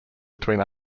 between